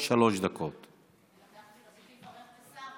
מי שצעק יותר קיבל,